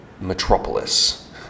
metropolis